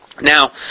Now